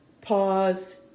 pause